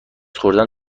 خوردن